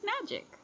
magic